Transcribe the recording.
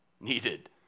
Needed